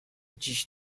dziś